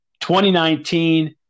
2019